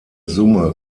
summe